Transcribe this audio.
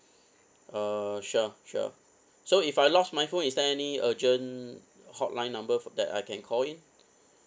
uh sure sure so if I lost my phone is there any urgent hotline number that I can call in